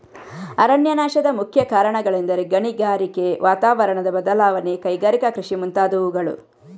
ಅರಣ್ಯನಾಶದ ಮುಖ್ಯ ಕಾರಣಗಳೆಂದರೆ ಗಣಿಗಾರಿಕೆ, ವಾತಾವರಣದ ಬದಲಾವಣೆ, ಕೈಗಾರಿಕಾ ಕೃಷಿ ಮುಂತಾದವುಗಳು